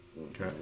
Okay